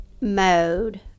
mode